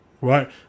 right